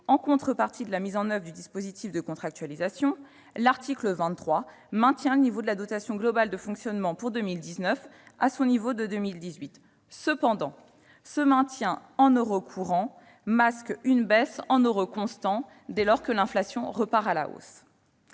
en contrepartie de la mise en oeuvre du dispositif de contractualisation, l'article 23 maintient le niveau de la dotation globale de fonctionnement pour 2019 à son niveau de 2018. Ce maintien en euros courants masque cependant une baisse en euros constants dès lors que l'inflation repart à la hausse.